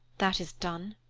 that is done,